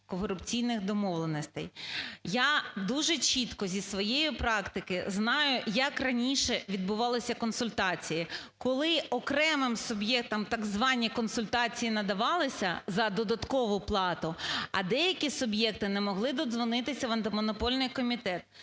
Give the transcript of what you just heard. Я дуже чітко зі своєї практики знаю, як раніше відбувалися консультації, коли окремим суб'єктам так звані консультації надавалися за додаткову плату, а деякі суб'єкти не могли додзвонитися в Антимонопольний комітет.